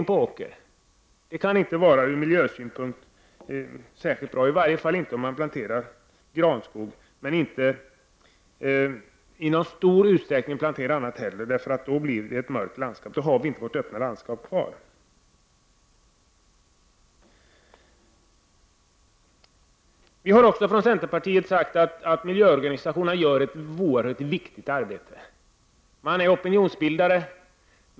En sådan åtgärd kan ju inte vara särskilt bra ur miljösynpunkt, i varje fall inte om man planterar granskog utan att i större utsträckning plantera annat också. Då skulle vi få ett mörkt landskap. Vårt öppna landskap skulle således försvinna. Vidare har vi i centerpartiet framhållit att miljöorganisationerna gör ett oerhört viktigt arbete. Man är opinionsbildare.